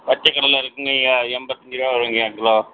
பச்சைக் கடலை இருக்குங்கய்யா எண்பத்தஞ்சு ருபா வருங்கய்யா கிலோ